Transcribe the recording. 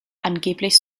angeblich